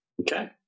Okay